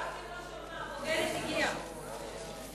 הבוגדת הגיעה.